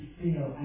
feel